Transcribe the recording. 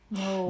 no